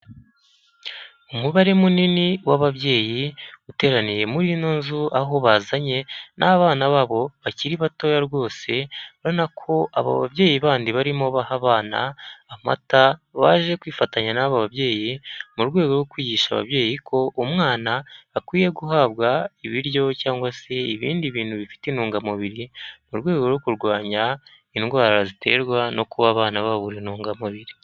Umubare munini w'ababyeyi uteraniye muri ino nzu aho bazanye n'abana babo bakiri batoya rwose. Ubona ko aba babyeyi bandi barimo baha abana amata, baje kwifatanya n'abo babyeyi mu rwego rwo kwigisha ababyeyi ko umwana akwiye guhabwa ibiryo cyangwa se ibindi bintu bifite intungamubiri, mu rwego rwo kurwanya indwara ziterwa no kuba abana babura intungamubiri.